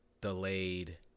delayed